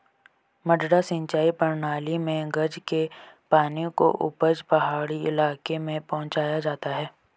मडडा सिंचाई प्रणाली मे गज के पानी को ऊपर पहाड़ी इलाके में पहुंचाया जाता है